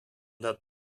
dat